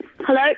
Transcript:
Hello